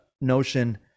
notion